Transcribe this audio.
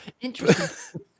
Interesting